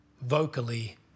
vocally